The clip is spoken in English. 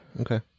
Okay